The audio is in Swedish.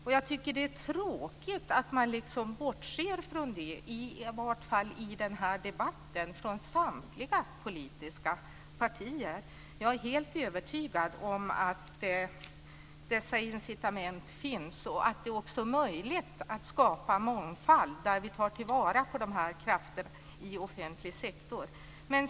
Det är tråkigt att samtliga politiska partier bortser från det, i varje fall i den här debatten. Jag är helt övertygad om att dessa incitament finns och att det också är möjligt att skapa mångfald, där vi tar vara på de här krafterna i offentlig sektor.